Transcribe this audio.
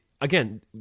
again